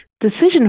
decision